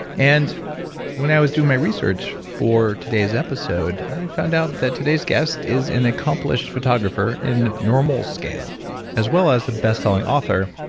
and when i was doing my research for today's episode, i found out that today's guest is an accomplished photographer in normal scale as well as a bestselling author,